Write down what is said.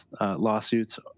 lawsuits